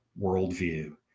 worldview